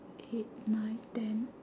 eight nine ten